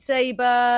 Saber